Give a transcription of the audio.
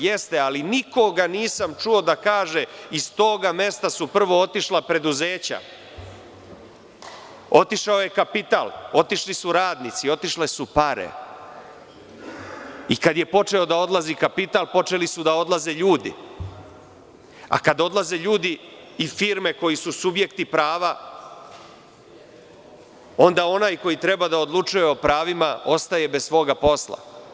Jeste, ali nikoga nisam čuo da kaže iz toga mesta su prvo otišla preduzeća, otišao je kapital, otišli su radnici, otišle su pare i kada je počeo da odlazi kapital, počeli su da odlaze ljudi, a kada odlaze ljudi i firme koji su subjekti prava onda onaj koji treba da odlučuje o pravima ostaje bez svoga posla.